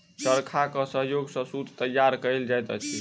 चरखाक सहयोग सॅ सूत तैयार कयल जाइत अछि